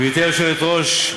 גברתי היושבת-ראש,